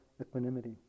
equanimity